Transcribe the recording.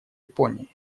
японии